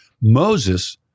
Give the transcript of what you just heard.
Moses